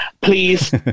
Please